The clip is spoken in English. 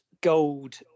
gold